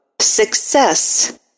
Success